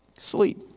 Sleep